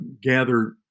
gather